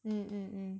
mm mm mm